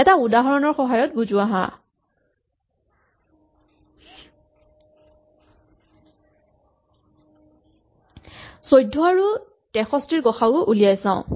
এটা উদাহৰণৰ সহায়ত বুজো আহাঁ ১৪ আৰু ৬৩ ৰ গ সা উ উলিয়াই চাওঁ